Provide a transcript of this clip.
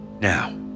Now